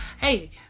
Hey